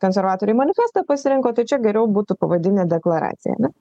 konservatoriai manifestą pasirinko tai čia geriau būtų pavadinę deklaracija ane